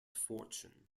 fortune